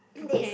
this